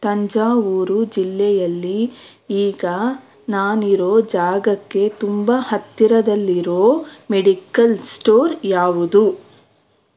ತಂಜಾವೂರು ಜಿಲ್ಲೆಯಲ್ಲಿ ಈಗ ನಾನಿರೋ ಜಾಗಕ್ಕೆ ತುಂಬ ಹತ್ತಿರದಲ್ಲಿರೋ ಮೆಡಿಕಲ್ ಸ್ಟೋರ್ ಯಾವುದು